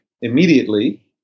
immediately